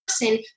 person